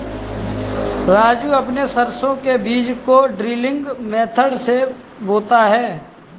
राजू अपने सरसों के बीज को ड्रिलिंग मेथड से बोता है